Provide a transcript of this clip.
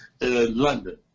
London